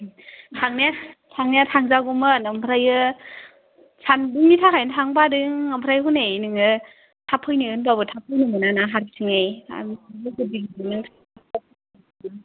थांनाया थांनाया थांजागौमोन अमफ्राय सान्दुंनि थाखायनो थांनो बादों आमफ्राय हनै नोङो थाब फैनो होनब्ला थाब फैनो मोना ना हारसिङै